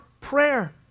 prayer